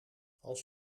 als